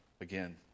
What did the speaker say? again